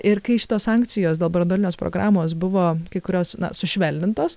ir kai šitos sankcijos dėl branduolinės programos buvo kai kurios sušvelnintos